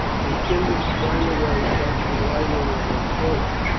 lu cinda sprang away, catching wildly at her cloak.